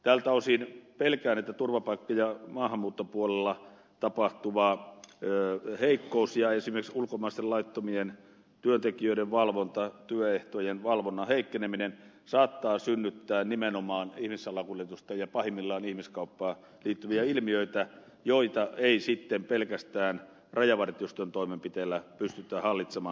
tältä osin pelkään että turvapaikka ja maahanmuuttopuolella oleva heikkous ja esimerkiksi ulkomaisten laittomien työntekijöiden työehtojen valvonnan heikkeneminen saattavat synnyttää nimenomaan ihmissalakuljetusta ja pahimmillaan ihmiskauppaan liittyviä ilmiöitä joita ei sitten pelkästään rajavartioston toimenpiteillä pystytä hallitsemaan